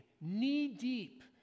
knee-deep